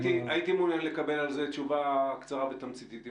הייתי מעוניין לקבל על זה תשובה קצרה ותמציתית.